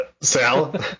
Sal